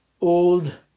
Old